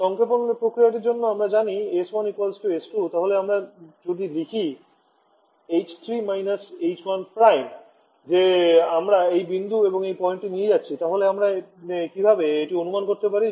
সংক্ষেপণের প্রক্রিয়াটির জন্য আমরা জানি s1 s2 তাহলে আমরা যদি লিখি h3 − h1 যে আমরা এই বিন্দু এবং এই পয়েন্টটি নিয়ে যাচ্ছি তাহলে আমরা কীভাবে এটি অনুমান করতে পারি